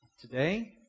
Today